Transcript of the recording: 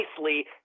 nicely